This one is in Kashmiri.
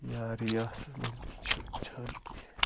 یا رِیاسَتَس منٛز چھِ وٕچھان کیٚنہہ